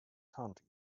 county